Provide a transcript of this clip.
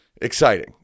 Exciting